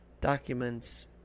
documents